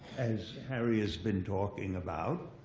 as harry has been talking about.